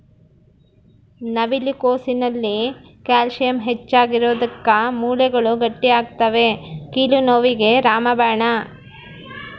ನವಿಲು ಕೋಸಿನಲ್ಲಿ ಕ್ಯಾಲ್ಸಿಯಂ ಹೆಚ್ಚಿಗಿರೋದುಕ್ಕ ಮೂಳೆಗಳು ಗಟ್ಟಿಯಾಗ್ತವೆ ಕೀಲು ನೋವಿಗೆ ರಾಮಬಾಣ